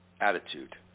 Attitude